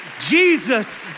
Jesus